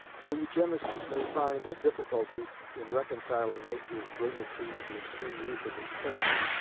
though eugenists may find a difficulty in reconciling napier's brilliancy with the extreme youth of his parents,